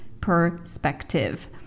perspective